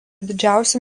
didžiausių